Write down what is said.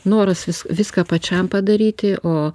noras vis viską pačiam padaryti o